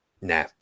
nah